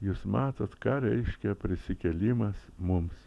jūs matot ką reiškia prisikėlimas mums